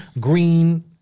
Green